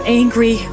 angry